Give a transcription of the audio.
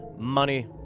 money